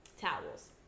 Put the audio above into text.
towels